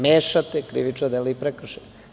Mešate krivična dela i prekršaje.